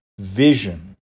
vision